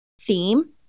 theme